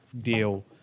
deal